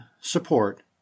support